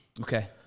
okay